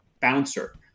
bouncer